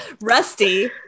Rusty